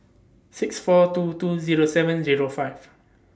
six four two two Zero seven Zero five